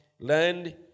land